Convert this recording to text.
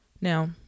Now